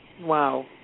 Wow